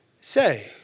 say